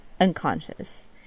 unconscious